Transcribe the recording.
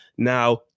Now